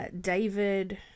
david